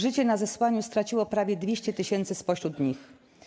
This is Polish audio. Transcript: Życie na zesłaniu straciło prawie 200 tys. spośród nich.